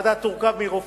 הוועדה תורכב מרופאים,